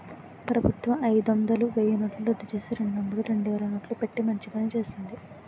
ప్రభుత్వం అయిదొందలు, వెయ్యినోట్లు రద్దుచేసి, రెండొందలు, రెండువేలు నోట్లు పెట్టి మంచి పని చేసింది